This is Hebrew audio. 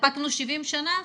התאפקנו 70 שנה,